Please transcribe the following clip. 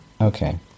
okay